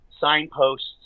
signposts